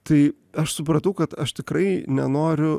tai aš supratau kad aš tikrai nenoriu